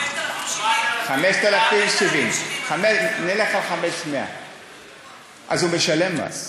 5,070. 5,070. נלך על 5,100. אז הוא משלם מס.